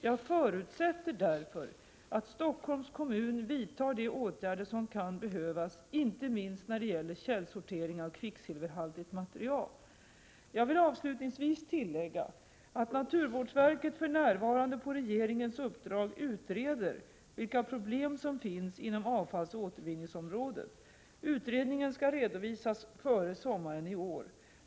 Jag förutsätter därför att Stockholms kommun vidtar de åtgärder som kan behövas inte minst när det gäller källsortering av kvicksilverhaltigt material. Jag vill avslutningsvis tillägga att naturvårdsverket för närvarande på regeringens uppdrag utreder vilka problem som finns inom avfallsoch återvinningsområdet. Utredningen skall redovisas före sommaren i år.